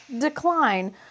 decline